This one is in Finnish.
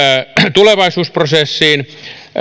tulevaisuusprosessiin